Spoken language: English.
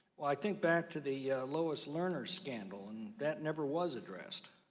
well, i think back to the lowest learner scannell and that never was addressed.